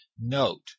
Note